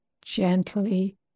Gently